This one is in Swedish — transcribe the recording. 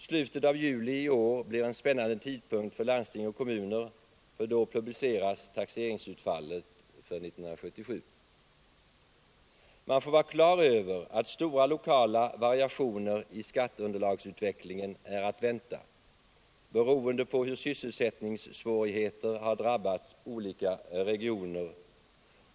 Slutet av juli i år blir en spännande tidpunkt för landsting och kommuner, för då publiceras taxeringsutfallet för 1977. Man får vara klar över att stora lokala variationer i skatteunderlagsutvecklingen är att vänta beroende på hur sysselsättningssvårigheter har drabbat olika regioner.